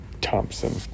Thompson